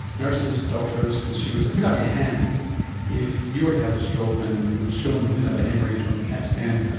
nurses, doctors, consumers so put up your hand if you were to have a stroke and it was shown that you didn't have a haemorrhage on the cat scan,